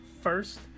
first